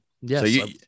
Yes